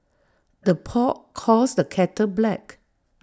the pot calls the kettle black